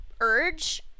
urge